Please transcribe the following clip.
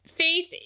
Faith